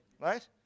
right